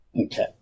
Okay